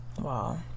Wow